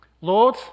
Lord